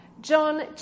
John